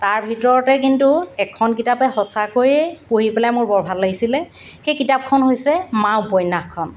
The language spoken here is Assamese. তাৰ ভিতৰতে কিন্তু এখন কিতাপে সঁচাকৈয়ে পঢ়ি পেলাই মোৰ বৰ ভাল লাগিছিলে সেই কিতাপখন হৈছে মা উপন্যাসখন